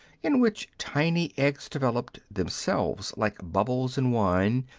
in which tiny eggs developed themselves, like bubbles in wine,